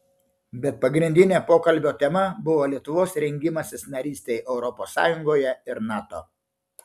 bet pagrindinė pokalbio tema buvo lietuvos rengimasis narystei europos sąjungoje ir nato